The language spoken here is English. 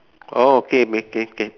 oh okay k k